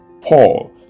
Paul